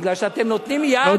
מפני שאתם נותנים יד,